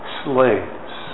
slaves